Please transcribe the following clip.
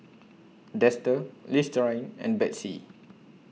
Dester Listerine and Betsy